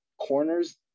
corners